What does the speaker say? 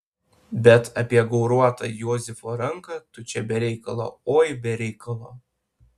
bet apie gauruotą josifo ranką tu čia be reikalo oi be reikalo